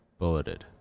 bulleted